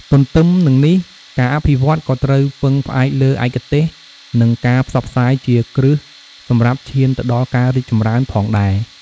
ទន្ទឹមនិងនេះ ការអភិវឌ្ឍន៍ក៏ត្រូវពឹងផ្អែកលើឯកទេស និងការផ្សព្វផ្សាយជាគ្រឹះសម្រាប់ឈានទៅដល់ការរីកចម្រើនផងដែរ។